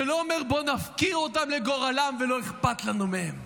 שאומר: בואו נפקיר אותם לגורלם ולא אכפת לנו מהם.